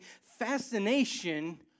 fascination